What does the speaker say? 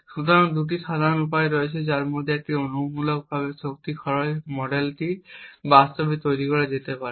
সুতরাং দুটি সাধারণ উপায় রয়েছে যার মাধ্যমে এই অনুমানমূলক শক্তি খরচ মডেলটি বাস্তবে তৈরি করা যেতে পারে